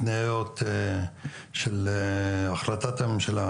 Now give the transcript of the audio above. התניות של החלטת הממשלה,